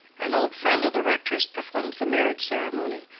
an old friend of the rector's performed the marriage ceremony,